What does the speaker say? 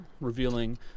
revealing